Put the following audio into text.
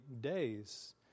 days